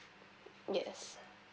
yes